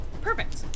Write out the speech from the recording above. Perfect